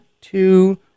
two